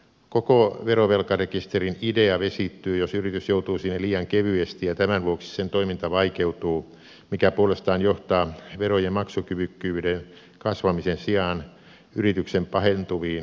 koko verovelkarekisterin idea vesittyy jos yritys joutuu siihen liian kevyesti ja tämän vuoksi sen toiminta vaikeutuu mikä puolestaan johtaa verojen maksukyvykkyyden kasvamisen sijaan yrityksen pahentuviin maksuvaikeuksiin